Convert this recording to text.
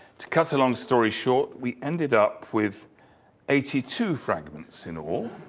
to cut a long story short, we ended up with eighty two fragments in all.